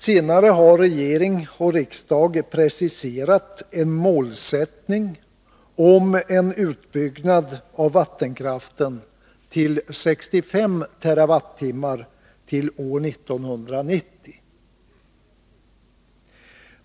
Senare har regering och riksdag preciserat en målsättning om en utbyggnad av vattenkraften till 65 TWh till år 1990.